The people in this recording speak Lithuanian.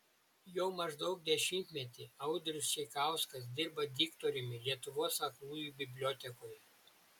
jau maždaug dešimtmetį audrius čeikauskas dirba diktoriumi lietuvos aklųjų bibliotekoje